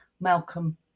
Malcolm